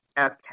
Okay